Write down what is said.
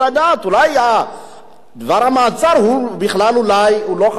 אולי דבר המעצר הוא בכלל לא חשוב.